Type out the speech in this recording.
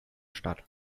stadt